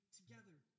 together